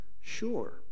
sure